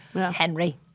Henry